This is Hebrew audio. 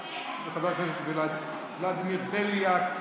בעד אביר קארה,